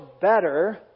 better